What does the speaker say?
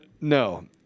no